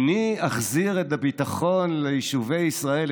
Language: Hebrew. אני אחזיר את הביטחון ליישובי ישראל,